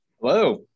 Hello